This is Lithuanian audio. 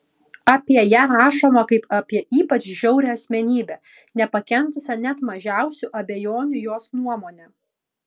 apie ją rašoma kaip apie ypač žiaurią asmenybę nepakentusią net mažiausių abejonių jos nuomone